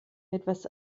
etwas